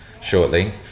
shortly